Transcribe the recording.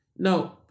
No